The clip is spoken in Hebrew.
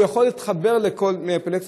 הוא יכול להתחבר מכל טלפון,